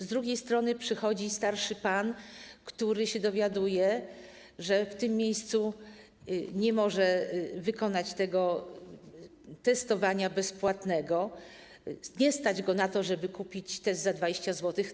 Z drugiej strony przychodzi starszy pan, który się dowiaduje, że w tym miejscu nie może wykonać testowania bezpłatnego, a nie stać go na to, żeby kupić test za 20 zł.